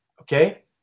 okay